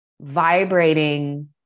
vibrating